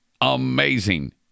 amazing